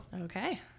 Okay